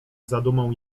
zadumą